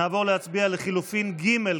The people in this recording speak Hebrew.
נעבור להסתייגות לחלופין ב'.